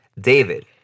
David